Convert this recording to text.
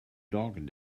dog